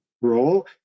role